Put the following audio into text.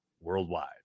worldwide